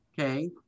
okay